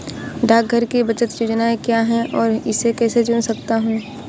डाकघर की बचत योजनाएँ क्या हैं और मैं इसे कैसे चुन सकता हूँ?